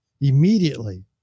immediately